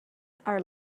are